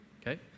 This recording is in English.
okay